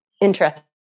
interesting